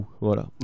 Voilà